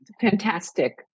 Fantastic